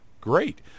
great